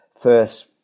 first